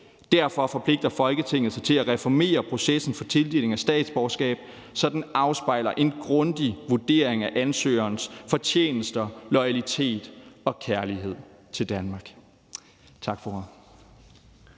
Derfor forpligter Folketinget sig til at reformere processen for tildeling af statsborgerskab, så den afspejler en grundig vurdering af ansøgerens fortjenester, loyalitet og kærlighed til Danmark.«